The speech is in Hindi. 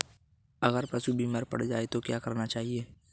अगर पशु बीमार पड़ जाय तो क्या करना चाहिए?